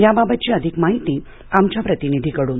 याबाबतची अधिक माहिती आमच्या प्रतिनिधीकडून